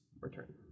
return